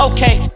Okay